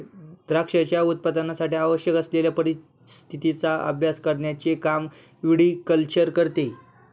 द्राक्षांच्या उत्पादनासाठी आवश्यक असलेल्या परिस्थितीचा अभ्यास करण्याचे काम विटीकल्चर करते